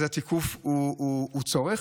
אז התיקוף הוא צורך.